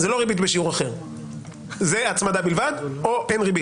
זה לא ריבית בשיעור אחר אלא זאת הצמדה בלבד או אין ריבית.